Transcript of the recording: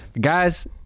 guys